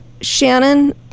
Shannon